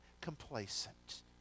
complacent